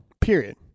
period